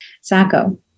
Saco